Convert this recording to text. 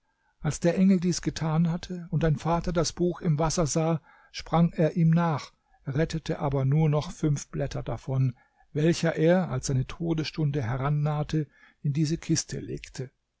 als der engel dies getan hatte und dein vater das buch im wasser sah sprang er ihm nach rettete aber noch fünf blätter davon welche er als seine todesstunde herannahte in diese kiste legte